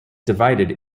divided